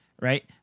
right